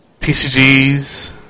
TCGs